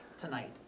tonight